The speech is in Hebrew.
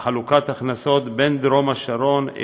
וחלוקת הכנסות בין דרום השרון,